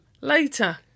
later